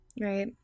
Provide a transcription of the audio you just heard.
Right